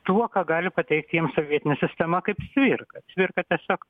tuo ką gali pateikti jiems sovietinė sistema kaip cvirkai cvirka tiesiog